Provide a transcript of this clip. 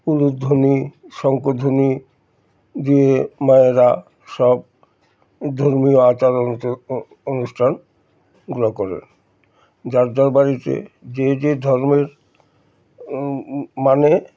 উলুধ্বনি শঙ্কধ্বনি দিয়ে মায়েরা সব ধর্মীয় আচার অনু অনুষ্ঠানগুলো করে যার যার বাড়িতে যে যে ধর্মের মানে